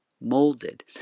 molded